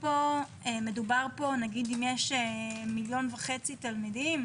מדובר פה, אם יש מיליון וחצי תלמידים